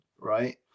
right